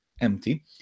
empty